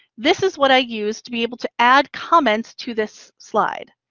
this is what i use to be able to add comments to this slide.